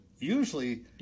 Usually